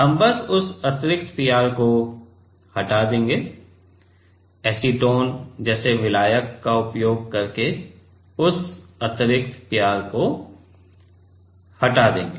हम बस उस अतिरिक्त पीआर को हटा देंगे एसीटोन जैसे विलायक का उपयोग करके उस अतिरिक्त पीआर को हटा देंगे